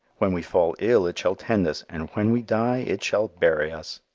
when we fall ill it shall tend us and when we die it shall bury us.